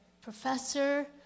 professor